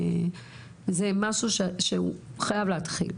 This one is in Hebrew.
זה משהו שחייב להתחיל.